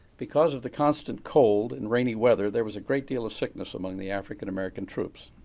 because of the constant cold and rainy weather, there was a great deal of sickness among the african american troops.